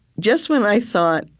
just when i thought,